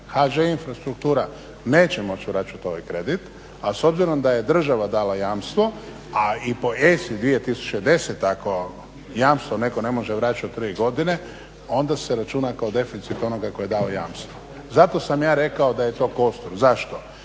HŽ infrastruktura neće moći vraćati ovaj kredit a s obzirom da je država dala jamstvo a i po ESA-i 2010. ako jamstvo netko ne može vraćati tri godine onda se računa kao deficit onoga tko je dao jamstvo zato sam ja rekao da je to kostur. Zašto?